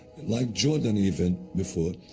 like jordan, even, before,